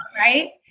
Right